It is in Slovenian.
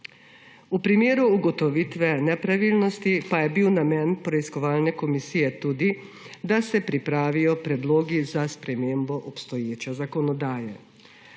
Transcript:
V primeru ugotovitve nepravilnosti pa je bil namen preiskovalne komisije tudi, da se pripravijo predlogi za spremembo obstoječe zakonodaje.